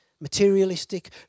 materialistic